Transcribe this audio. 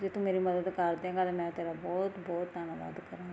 ਜੇ ਤੂੰ ਮੇਰੀ ਮਦਦ ਕਰ ਦੇਵੇਗਾ ਤਾਂ ਮੈਂ ਤੇਰਾ ਬਹੁਤ ਬਹੁਤ ਧੰਨਵਾਦ ਕਰਾਂਗਾ